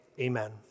amen